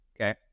okay